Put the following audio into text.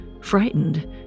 Frightened